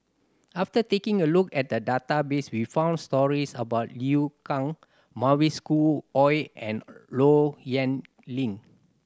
after taking a look at the database we found stories about Liu Kang Mavis Khoo Oei and Low Yen Ling